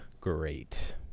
great